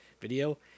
video